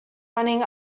running